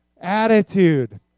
attitude